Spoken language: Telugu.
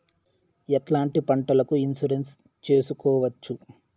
ఎట్లాంటి పంటలకు ఇన్సూరెన్సు చేసుకోవచ్చు?